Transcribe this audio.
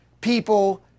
people